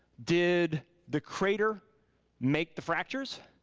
did the crater make the fractures?